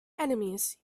enemies